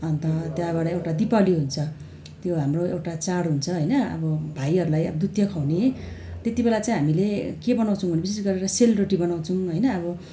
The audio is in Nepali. अन्त त्यहाँबाट एउटा दीपावली हुन्छ त्यो हाम्रो एउटा चाड हुन्छ होइन अब भाइहरूलाई अब दुत्त्या खुवाउने त्यति बेला चाहिँ हामीले के बनाउँछौँ भने विशेष गरेर सेलरोटी बनाउँछौँ होइन अब